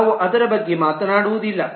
ನಾವು ಅದರ ಬಗ್ಗೆ ಮಾತನಾಡುವುದಿಲ್ಲ